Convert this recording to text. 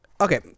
Okay